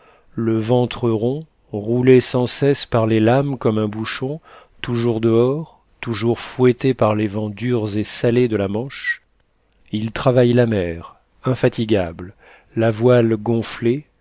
le ventre rond roulé sans cesse par les lames comme un bouchon toujours dehors toujours fouetté par les vents durs et salés de la manche il travaille la mer infatigable la voile gonflée